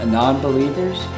non-believers